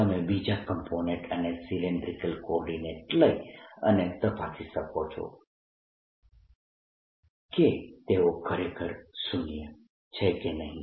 તમે બીજા કોમ્પોનેન્ટ્સ અને સિલિન્ડ્રીકલ કોર્ડીનેટસ લઈ અને તપાસી શકો છો કે તેઓ ખરેખર શુન્ય છે કે નહિ